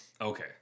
okay